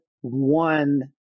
one